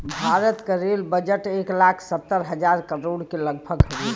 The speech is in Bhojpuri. भारत क रेल बजट एक लाख सत्तर हज़ार करोड़ के लगभग हउवे